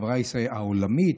בחברה העולמית,